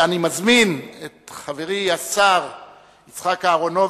אני מזמין את חברי, השר יצחק אהרונוביץ,